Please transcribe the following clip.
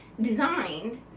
designed